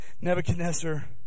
Nebuchadnezzar